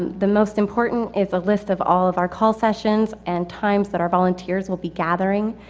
the most important is a list of all of our call sessions, and times that our volunteers will be gathering.